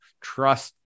trust